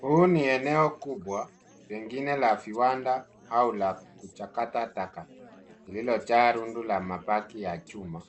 Huu ni eneo kubwa, lingine la viwanda au la kuchakata taka. Lililojaa rundu la mabaki ya chuma